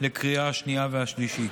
לקריאה השנייה והשלישית.